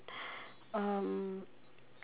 um